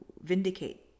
vindicate